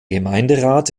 gemeinderat